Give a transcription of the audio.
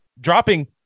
dropping